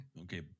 Okay